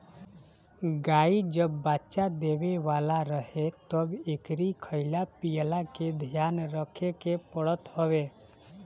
गाई जब बच्चा देवे वाला रहे तब एकरी खाईला पियला के ध्यान रखे के पड़त हवे